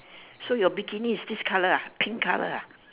so your bikini is this colour ah pink colour ah